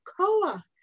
koa